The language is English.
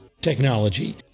technology